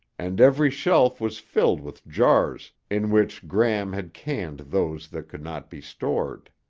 and every shelf was filled with jars in which gram had canned those that could not be stored.